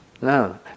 No